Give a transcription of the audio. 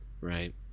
right